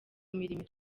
mirimo